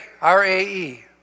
R-A-E